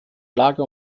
lage